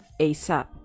ASAP